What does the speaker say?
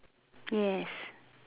yes